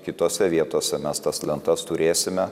kitose vietose mes tas lentas turėsime